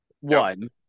One